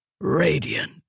radiant